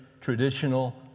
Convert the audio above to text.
traditional